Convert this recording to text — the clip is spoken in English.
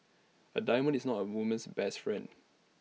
A diamond is not A woman's best friend